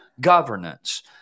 governance